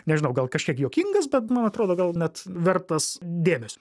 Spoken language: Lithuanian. nežinau gal kažkiek juokingas bet man atrodo gal net vertas dėmesio